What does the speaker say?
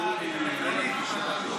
בררד.